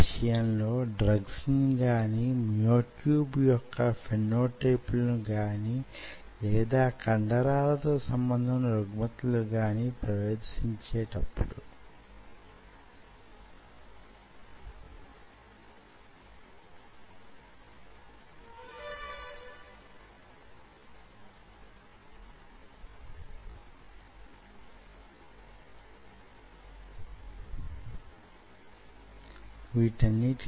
అందువలన myotube లు వుత్పత్తి చేసిన శక్తి ఆధారంగా వొక ప్రత్యేక విధమైన వూగిసలాట కొనసాగుతూ వుంటుంది